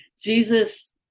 Jesus